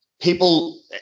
people